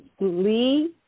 Lee